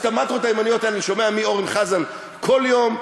את המנטרות הימניות האלה אני שומע מאורן חזן כל יום.